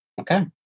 Okay